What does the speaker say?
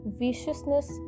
viciousness